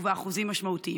ובאחוזים משמעותיים.